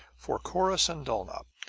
for corrus and dulnop,